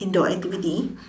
indoor activity